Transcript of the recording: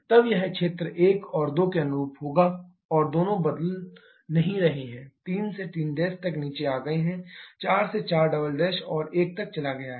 तब यह क्षेत्र 1 और 2 के अनुरूप होगा और दोनों बदल नहीं रहे हैं 3 3' तक नीचे आ गए हैं 4 4" और 1 तक चला गया है